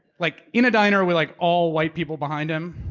like in a diner with like all white people behind him.